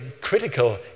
critical